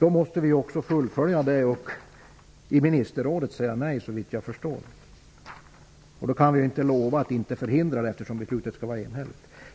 måste vi också fullfölja det och i ministerrådet säga nej, såvitt jag förstår. Då kan vi inte lova att inte hindra det, eftersom beslutet skall var enhälligt.